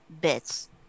bits